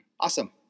Awesome